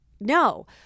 No